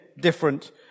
different